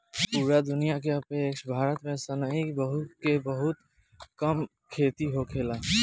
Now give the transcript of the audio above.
पूरा दुनिया के अपेक्षा भारत में सनई के बहुत कम खेती होखेला